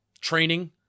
training